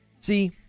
See